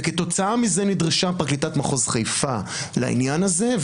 וכתוצאה מזה נדרשה פרקליטת מחוז חיפה לעניין הזה,